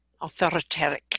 authoritarian